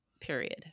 period